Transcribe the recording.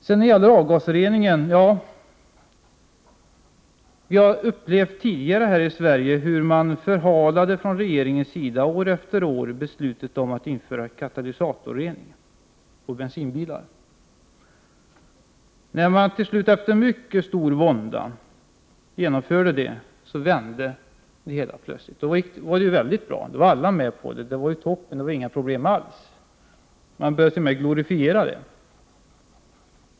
När det gäller avgasrening har vi tidigare upplevt här i Sverige hur 155 bensinbilar. När man till slut efter mycket stor vånda genomförde beslut om sådan rening vände det hela plötsligt. Då var det väldigt bra. Då var alla med på det. Det var toppen. Det var inga som helst problem. Man började t.o.m. glorifiera det.